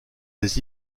des